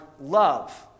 love